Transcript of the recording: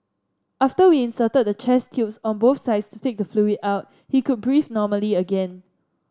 after we inserted chest tubes on both sides to take the fluid out he could breathe normally again